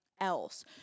else